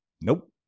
nope